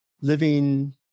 living